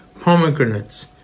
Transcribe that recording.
pomegranates